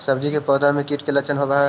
सब्जी के पौधो मे कीट के लच्छन होबहय?